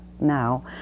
now